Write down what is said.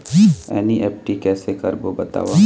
NEFT कैसे करबो बताव?